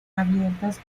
abiertas